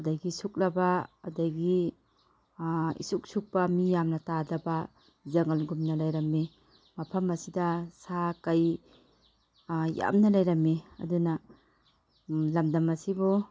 ꯑꯗꯒꯤ ꯁꯨꯛꯂꯕ ꯑꯗꯒꯤ ꯏꯁꯨꯛ ꯁꯨꯛꯄ ꯃꯤ ꯌꯥꯝꯅ ꯇꯥꯗꯕ ꯖꯪꯒꯜꯒꯨꯝꯅ ꯂꯩꯔꯝꯃꯤ ꯃꯐꯝ ꯑꯁꯤꯗ ꯁꯥ ꯀꯩ ꯌꯥꯝꯅ ꯂꯩꯔꯝꯃꯤ ꯑꯗꯨꯅ ꯂꯝꯗꯝ ꯑꯁꯤꯕꯨ